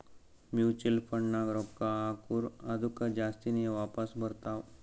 mutual ಫಂಡ್ನಾಗ್ ರೊಕ್ಕಾ ಹಾಕುರ್ ಅದ್ದುಕ ಜಾಸ್ತಿನೇ ವಾಪಾಸ್ ಬರ್ತಾವ್